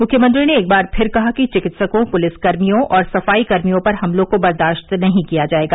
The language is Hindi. मुख्यमंत्री ने एक बार फिर कहा कि चिकित्सकों पुलिसकर्मियों और सफाईकर्मियों पर हमलों को बर्दाश्त नहीं किया जाएगा